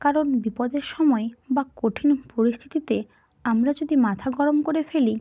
কারণ বিপদের সময় বা কঠিন পরিস্থিতিতে আমরা যদি মাথা গরম করে ফেলি